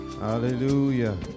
Hallelujah